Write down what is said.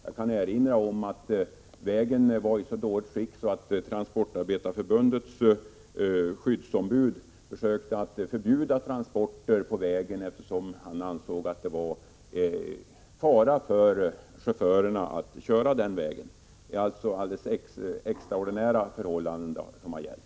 Jag kan erinra om att vägen var i så dåligt skick att Transportarbetareförbundets skyddsombud försökte förbjuda transporter på vägen eftersom man ansåg att det innebar fara för chaufförerna att köra den vägen. Det är alltså alldeles extraordinära förhållanden som har gällt.